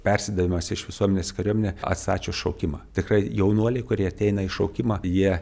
persdavimas iš visuomenės į kariuomenę atstačius šaukimą tikrai jaunuoliai kurie ateina į šaukimą jie